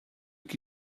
que